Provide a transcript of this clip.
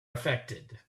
affected